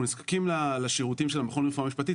אנחנו נזקקים לשירותים של המכון לרפואה משפטית,